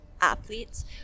athletes